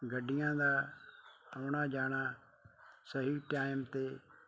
ਗੱਡੀਆਂ ਦਾ ਆਉਣਾ ਜਾਣਾ ਸਹੀ ਟਾਇਮ 'ਤੇ